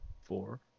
Four